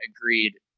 agreed